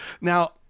now